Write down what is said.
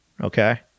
Okay